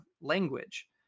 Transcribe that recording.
language